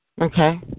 Okay